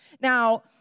Now